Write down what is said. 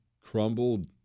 crumbled